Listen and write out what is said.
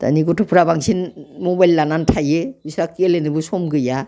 दानि गथ'फ्रा बांसिन मबाइल लानानै थायो बिस्रा गेलेनोबो सम गैया